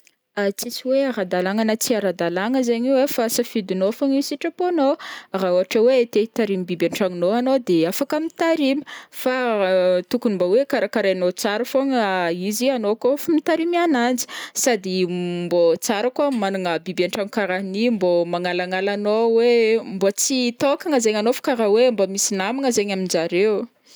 Tsisy hoe ara-dàlagna na tsy ara-dàlagna zaign io ai fa safidinao fogna io, sitrapônao, raha ohatra hoe te hitarimy biby antragnonao anao de afaka mitarimy, fa tokony mbô hoe karakarainao tsara fogna izy anao kaof mitarimy ananjy sady mbô tsara koa managna biby antragno karaha an'io mbô magnalagnala anao hoe mbô tsy tokagna zaign anao fa karaha hoe misy namagna zaign aminjareo ô.